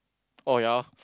oh ya